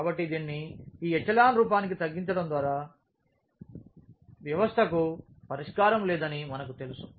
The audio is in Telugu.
కాబట్టి దీనిని ఈ ఎచెలాన్ రూపానికి తగ్గించడం ద్వారా వ్యవస్థకు పరిష్కారం లేదని మనకు తెలుసు